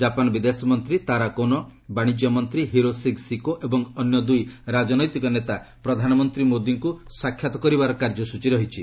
Japan ବିଦେଶ ମନ୍ତ୍ରୀ ତାର କୋନୋ ବାଣିଜ୍ୟ ମନ୍ତ୍ରୀ ହିରୋସିଗ୍ ସିକୋ ଏବଂ ଅନ୍ୟ ଦୁଇ ରାଜନୈତିକ ନେତା ପ୍ରଧାନମନ୍ତ୍ରୀ ମୋଦିଙ୍କୁ ସାକ୍ଷାତ୍ କରିବାର କାର୍ଯ୍ୟସ୍ଟଚୀ ରହିଛି